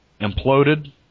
imploded